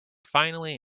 finally